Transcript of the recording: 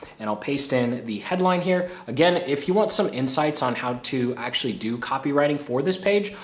and i'll paste in the headline here. again, if you want some insights on how to actually do copywriting for this page,